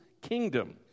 kingdom